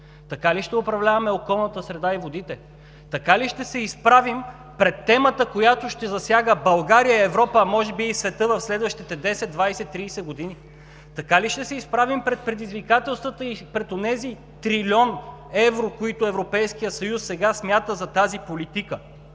Така ли ще управляваме околната среда и водите? Така ли ще се изправим пред темата, която ще засяга България, Европа, а може би и света в следващите 10, 20, 30 години? Така ли ще се изправим пред предизвикателствата и пред онези трилион евро, които Европейският съюз сега смята за тази политика?